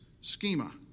schema